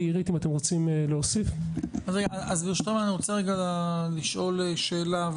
אני רוצה לשאול שאלה.